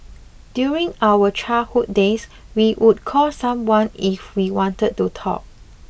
during our childhood days we would call someone if we wanted to talk